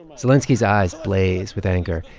zelenskiy's eyes blaze with anger.